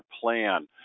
plan